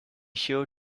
sure